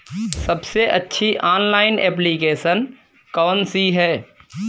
सबसे अच्छी online application कौन सी है?